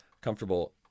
comfortable